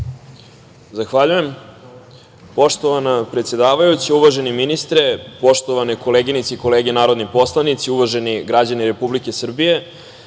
Zahvaljujem. Poštovana predsedavajuća, uvaženi ministre, poštovane koleginice i kolege narodni poslanici, uvaženi građani Srbije,